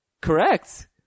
Correct